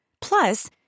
Plus